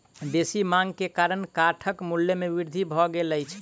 बेसी मांग के कारण काठक मूल्य में वृद्धि भ गेल अछि